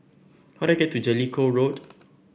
how do I get to Jellicoe Road